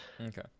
okay